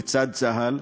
לצד צה"ל,